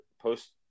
post